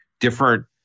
different